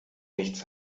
nichts